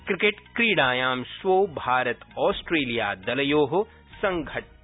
क्रिकेटक्रीडायां श्वो भारत आस्ट्रेलिया दलयो संघट्ट